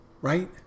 Right